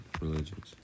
religions